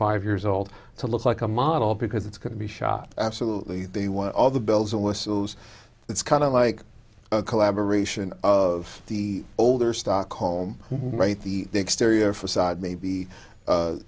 five years old to look like a model because it's going to be shot absolutely they want all the bells and whistles it's kind of like a collaboration of the older stock home right the exterior facade maybe